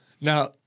Now